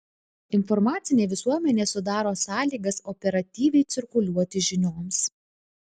informacinė visuomenė sudaro sąlygas operatyviai cirkuliuoti žinioms